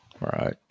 right